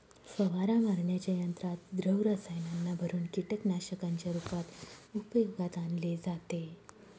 फवारा मारण्याच्या यंत्रात द्रव रसायनांना भरुन कीटकनाशकांच्या रूपात उपयोगात आणले जाते